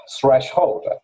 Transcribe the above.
threshold